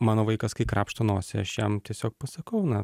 mano vaikas kai krapšto nosį aš jam tiesiog pasakau na